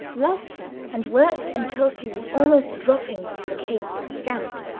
loved her, and worked until she was almost dropping for kate's scant,